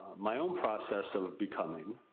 my own process of becoming,